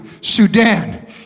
Sudan